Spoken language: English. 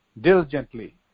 diligently